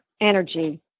energy